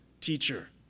teacher